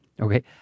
okay